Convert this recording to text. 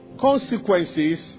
consequences